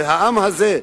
והעם הזה,